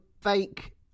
fake